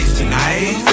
tonight